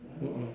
mm mm